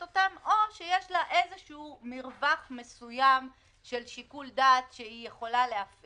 אני מודה, שיש קושי עם זה, שום דבר פה הוא לא חד